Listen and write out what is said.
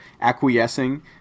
acquiescing